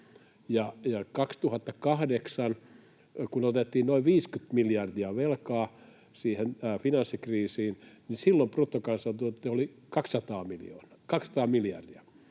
2008 otettiin noin 50 miljardia velkaa siihen finanssikriisiin, niin silloin bruttokansantuote oli 200 miljardia.